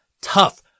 Tough